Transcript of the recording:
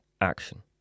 action